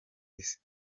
isi